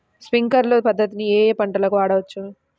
Sprinkler పద్ధతిని ఏ ఏ పంటలకు వాడవచ్చు?